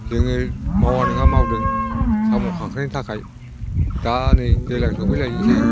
जोङो मावा नङा मावदों साम' खांख्रायनि थाखाय दा नै दैज्लां सफैनलायनोसै